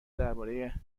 درباره